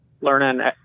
learning